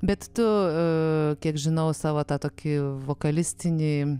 bet tu kiek žinau savo tą tokį vokalistinį